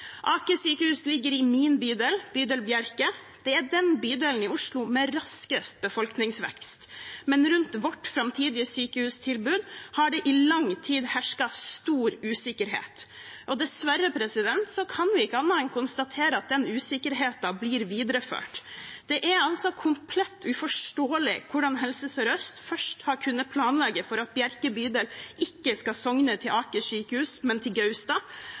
ligger i min bydel, bydel Bjerke. Det er den bydelen i Oslo med raskest befolkningsvekst. Men rundt vårt framtidige sykehustilbud har det i lang tid hersket stor usikkerhet. Dessverre kan vi ikke annet enn konstatere at den usikkerheten blir videreført. Det er komplett uforståelig hvordan Helse Sør-Øst først har kunnet planlegge for at Bjerke bydel ikke skal sogne til Aker sykehus, men til Gaustad,